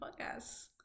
podcast